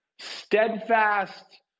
steadfast